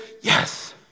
yes